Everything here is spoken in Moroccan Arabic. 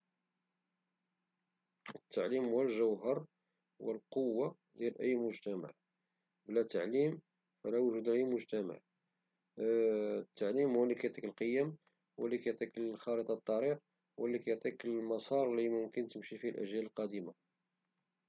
التعليم هو الجوهر والقوة ديال أي مجتمع وبلا تعليم فلا وجود لأي مجتمع، فالتعليم هو لي كيعطيك القيم هو لي كيعطيك خارطة الطريق هو لي كيعطيك المسار لي تمشي فيه الأجيال القادمة